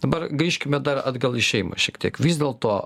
dabar grįžkime dar atgal į šeimą šiek tiek vis dėlto